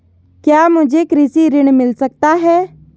क्या मुझे कृषि ऋण मिल सकता है?